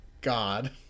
God